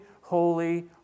holy